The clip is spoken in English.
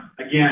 again